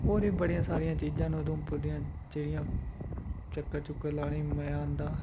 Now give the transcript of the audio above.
होर बी बड़ियां सारियां चीज़ां न उधमपुर दियां जेह्ड़ियां चक्कर चुक्कर लाने बी मज़ा आंदा